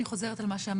אני חוזרת על מה שאמרתי,